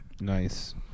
nice